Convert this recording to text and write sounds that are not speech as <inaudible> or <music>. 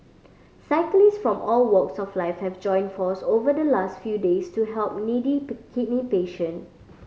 cyclists from all walks of life have joined forces over the last few days to help needy <unintelligible> kidney patient